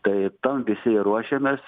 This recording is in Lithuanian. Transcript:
tai tam visi ir ruošiamės